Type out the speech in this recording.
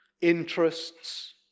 interests